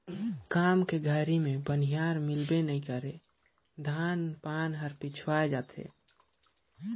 काम के घरी मे बनिहार मिलबे नइ करे धान पान हर पिछवाय जाथे